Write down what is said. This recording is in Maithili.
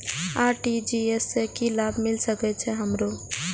आर.टी.जी.एस से की लाभ मिल सके छे हमरो?